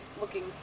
looking